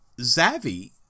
Zavi